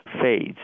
fades